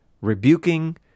rebuking